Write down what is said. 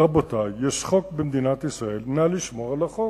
רבותי, יש חוק במדינת ישראל, נא לשמור על החוק.